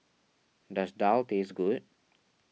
does Daal taste good